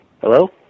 Hello